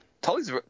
Tully's